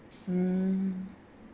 mm